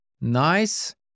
Nice